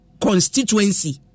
constituency